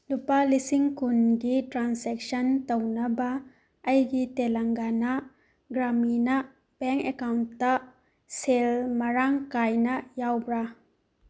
ꯂꯨꯄꯥ ꯂꯤꯁꯤꯡ ꯀꯨꯟꯒꯤ ꯇ꯭ꯔꯥꯟꯁꯦꯛꯁꯟ ꯇꯧꯅꯕ ꯑꯩꯒꯤ ꯇꯦꯂꯪꯒꯅ ꯒ꯭ꯔꯥꯃꯤꯅ ꯕꯦꯡ ꯑꯦꯀꯥꯎꯟꯇ ꯁꯦꯜ ꯃꯔꯥꯡ ꯀꯥꯏꯅ ꯌꯥꯎꯕ꯭ꯔꯥ